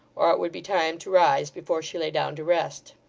or it would be time to rise before she lay down to rest.